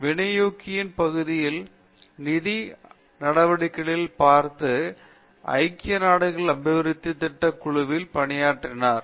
வினையூக்கின் பகுதியில் நிதி நடவடிக்கைகள் பார்த்து ஐக்கிய நாடுகள் அபிவிருத்தி திட்ட குழுவில் பணியாற்றினார்